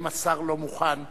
אם השר לא מוכן,